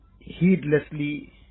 heedlessly